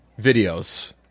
Videos